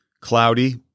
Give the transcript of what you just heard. cloudy